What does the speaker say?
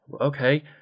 Okay